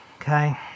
okay